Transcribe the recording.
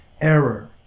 error